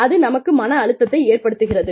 அது நமக்கு மன அழுத்தத்தை ஏற்படுத்துகிறது